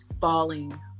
falling